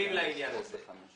עצמכם לא ידעתם לומר מה אתם צריכים.